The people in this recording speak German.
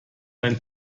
ein